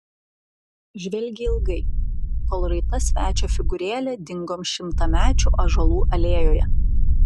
žvelgė ilgai kol raita svečio figūrėlė dingo šimtamečių ąžuolų alėjoje